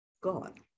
God